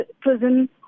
prison